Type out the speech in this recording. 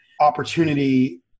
opportunity